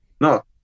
No